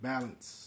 Balance